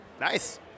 Nice